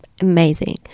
amazing